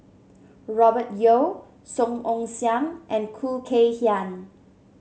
Robert Yeo Song Ong Siang and Khoo Kay Hian